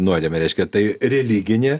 nuodėmė reiškia tai religinė